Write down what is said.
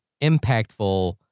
impactful